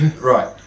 Right